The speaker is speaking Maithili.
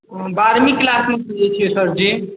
ओ हम बारहमी क्लासमे पढ़ै छियै सरजी